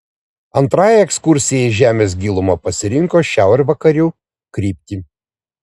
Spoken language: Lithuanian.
antrajai ekskursijai į žemės gilumą pasirinko šiaurvakarių kryptį